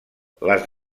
les